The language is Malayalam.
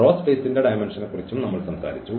റോസ്പേസിന്റെ ഡയമെന്ഷനെക്കുറിച്ചും നമ്മൾ സംസാരിച്ചു